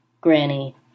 Granny